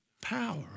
power